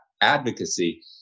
advocacy